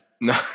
No